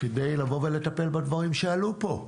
כדי לבוא ולטפל בדברים שעלו פה.